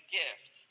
gift